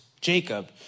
Jacob